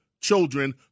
children